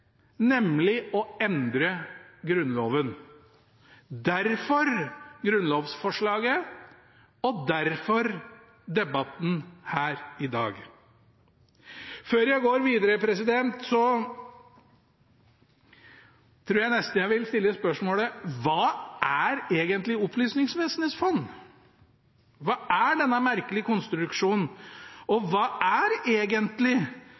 nemlig å endre Grunnloven. Derfor grunnlovsforslaget, og derfor debatten her i dag. Før jeg går videre, tror jeg nesten jeg vil stille spørsmålet: Hva er egentlig Opplysningsvesenets fond? Hva er denne merkelige konstruksjonen, og hva er egentlig